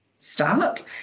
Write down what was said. start